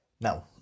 Now